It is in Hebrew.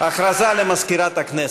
הודעה למזכירת הכנסת.